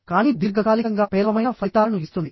కానీ దీర్ఘకాలికంగా పేలవమైన ఫలితాలను ఇస్తుంది